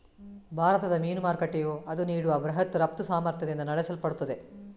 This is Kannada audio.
ಭಾರತದ ಮೀನು ಮಾರುಕಟ್ಟೆಯು ಅದು ನೀಡುವ ಬೃಹತ್ ರಫ್ತು ಸಾಮರ್ಥ್ಯದಿಂದ ನಡೆಸಲ್ಪಡುತ್ತದೆ